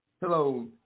Hello